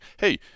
hey